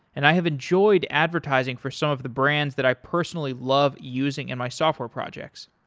and i have enjoyed advertising for some of the brands that i personally love using in my software projects.